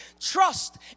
Trust